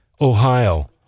Ohio